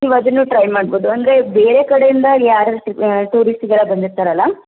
ನೀವು ಅದನ್ನೂ ಟ್ರೈ ಮಾಡ್ಬೋದು ಅಂದರೆ ಬೇರೆ ಕಡೆಯಿಂದ ಈ ಟೂರಿಸ್ಟ್ಗಳು ಬಂದಿರ್ತಾರಲ್ಲ